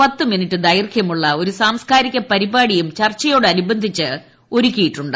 പത്തുമിനിട്ട് ദൈർഘൃമുള്ള ഒരു സാംസ്കാരിക പരിപാടിയും ചർച്ചയോടനുബന്ധിച്ച് ഒരുക്കിയിട്ടുണ്ട്